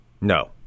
No